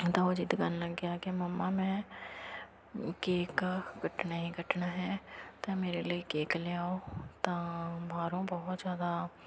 ਤਾਂ ਉਹ ਜਿੱਦ ਕਰਨ ਲੱਗ ਗਿਆ ਕਿ ਮੰਮਾ ਮੈਂ ਕੇਕ ਕੱਟਣਾ ਹੀ ਕੱਟਣਾ ਹੈ ਤਾਂ ਮੇਰੇ ਲਈ ਕੇਕ ਲਿਆਓ ਤਾਂ ਬਾਹਰੋਂ ਬਹੁਤ ਜ਼ਿਆਦਾ